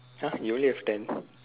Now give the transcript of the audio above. !huh! you only have ten